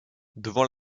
devant